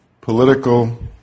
political